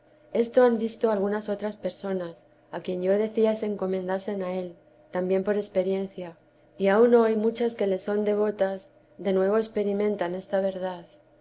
esto han visto otras algunas personas a quien yo decía se encomendasen a él también por experiencia y aun hoy muchas que le son devetas de nuevo experimentan esta verdad